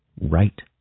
right